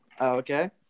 Okay